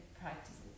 practices